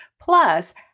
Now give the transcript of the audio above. Plus